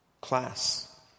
class